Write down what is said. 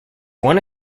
one